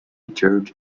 george